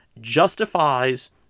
justifies